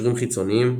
קישורים חיצוניים